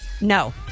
no